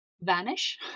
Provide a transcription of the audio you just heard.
vanish